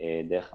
דרך המערכת.